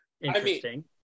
interesting